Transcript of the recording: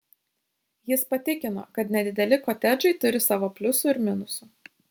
jis patikino kad nedideli kotedžai turi savo pliusų ir minusų